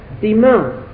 demand